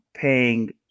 paying